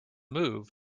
move